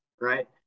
right